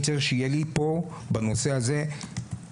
אני צריך שיהיו לי פה בנושא הזה גיבויים,